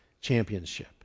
championship